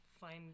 find